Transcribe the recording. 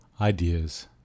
Ideas